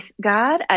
God